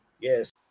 Yes